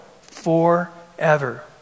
forever